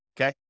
okay